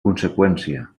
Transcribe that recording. conseqüència